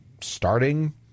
starting